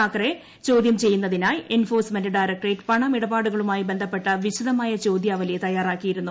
താക്കറെ ചോദ്യം ചെയ്യുന്നതിനായി enforcement directorate പണമിടപാടുകളുമായി ബന്ധപ്പെട്ട വിശദമായ ചോദ്യാവലി തയ്യാറാക്കിയിരുന്നു